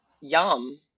Yum